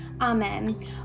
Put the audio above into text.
amen